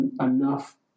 enough